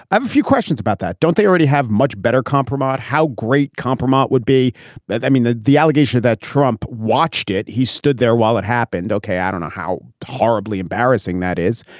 i have a few questions about that. don't they already have much better compromise? how great compromise would be that? i mean, the the allegation that trump watched it, he stood there while it happened. okay. i don't know ah how horribly embarrassing that is.